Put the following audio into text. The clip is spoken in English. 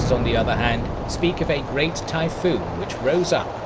on the other hand, speak of a great typhoon which rose up,